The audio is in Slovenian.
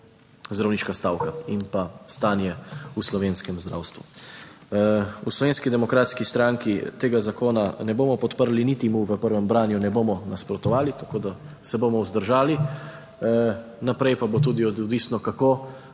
zdravniška stavka in pa stanje v slovenskem zdravstvu. V Slovenski demokratski stranki tega zakona ne bomo podprli, niti mu v prvem branju ne bomo nasprotovali. Tako da, se bomo vzdržali naprej pa bo tudi odvisno, kako